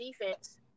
defense